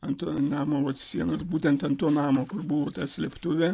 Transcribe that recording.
ant to namo sienos būtent ant to namo buvo ta slėptuvė